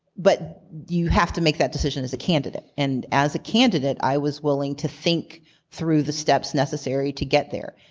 but you have to make that decision as a candidate. and as a candidate, i was willing to think through the steps necessary to get there.